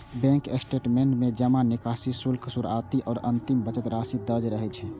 bank statement में जमा, निकासी, शुल्क, शुरुआती आ अंतिम बचत राशि दर्ज रहै छै